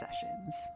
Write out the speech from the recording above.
sessions